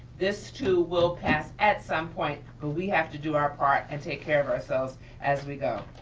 this too will pass at some point, but we have to do our part and take care of ourselves as we go.